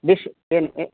dish ಏನು A